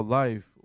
life